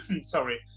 sorry